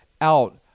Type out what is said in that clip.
out